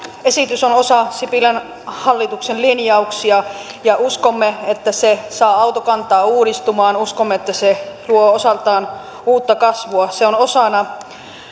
esitys on osa sipilän hallituksen linjauksia uskomme että se saa autokantaa uudistumaan uskomme että se luo osaltaan uutta kasvua se on osana